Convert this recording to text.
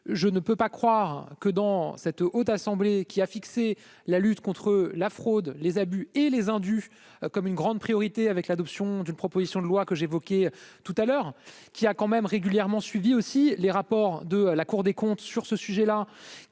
je ne peux pas croire que dans cette haute assemblée qui a fixé la lutte contre la fraude, les abus et les indus comme une grande priorité avec l'adoption d'une proposition de loi que j'évoquais tout à l'heure qui a quand même régulièrement suivi aussi les rapports de la Cour des comptes sur ce sujet-là,